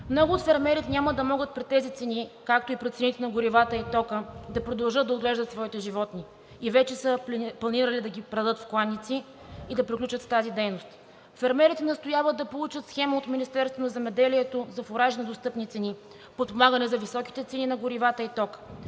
Много от фермерите няма да могат при тези цени, както и при цените на горивата и тока, да продължат да отглеждат своите животни и вече са планирали да предадат в кланици и да приключат с тази дейност. Фермерите настояват да получат схема от Министерството на земеделието за фуражни достъпни цени, подпомагане за високите цени на горивата и тока.